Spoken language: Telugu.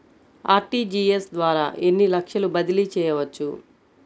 అర్.టీ.జీ.ఎస్ ద్వారా ఎన్ని లక్షలు బదిలీ చేయవచ్చు?